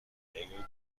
engel